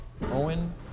Owen